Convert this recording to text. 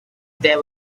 there